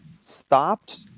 stopped